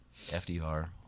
fdr